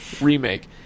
remake